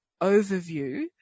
overview